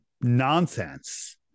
nonsense